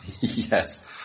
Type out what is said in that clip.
Yes